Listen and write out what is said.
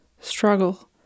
struggle